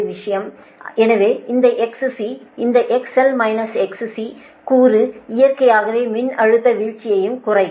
எனவே இந்த XC இந்த XL -XC கூறு இயற்கையாகவே மின்னழுத்த வீழ்ச்சியைக் குறைக்கும்